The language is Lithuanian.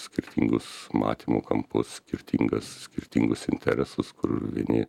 skirtingus matymo kampus skirtingas skirtingus interesus kur vieni